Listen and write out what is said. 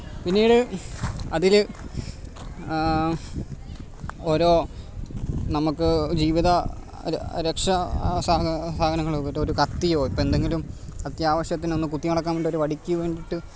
പിന്നീട് അതിൽ ഓരോ നമുക്ക് ജീവിത രക്ഷാ സാധനങ്ങൾ ഒരു ഒരു കത്തിയോ ഇപ്പം എന്തെങ്കിലും അത്യാവശ്യത്തിനൊന്ന് കുത്തി നടക്കാൻ വേണ്ടി ഒരു വടിക്ക് വേണ്ടിയിട്ട്